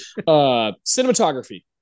Cinematography